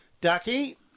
Ducky